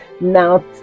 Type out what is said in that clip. Now